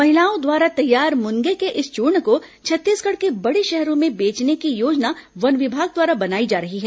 महिलाओं द्वारा तैयार मुनगे के इस चूर्ण को छत्तीसगढ़ के बड़े शहरों में बेचने की योजना वन विभाग द्वारा बनाई जा रही है